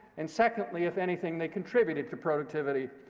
and secondly, if anything, they contributed to productivity,